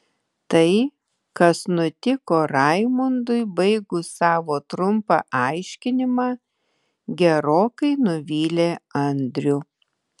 tai kas nutiko raimundui baigus savo trumpą aiškinimą gerokai nuvylė andrių